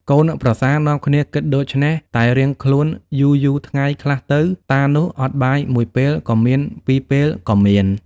កូនប្រសានាំគ្នាគិតដូច្នេះតែរៀងខ្លួនយូរៗថ្ងៃខ្លះទៅតានោះអត់បាយ ១ពេលក៏មាន ២ពេល ក៏មាន។